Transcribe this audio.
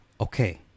Okay